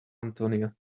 antonio